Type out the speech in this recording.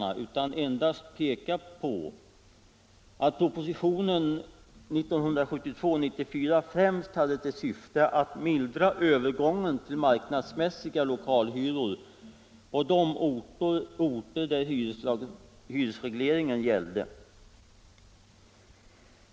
Jag vill endast peka på att propositionen = lagstiftning rörande 1972:94 främst hade till syfte att mildra övergången till marknadsmässiga — hyra av lokal lokalhyror på de orter där hyresregleringen gällde.